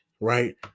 right